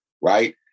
right